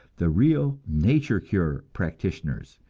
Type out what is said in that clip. the real nature cure practitioners.